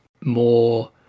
more